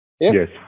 Yes